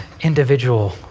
individual